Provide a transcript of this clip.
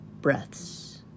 breaths